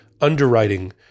underwriting